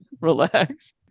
relax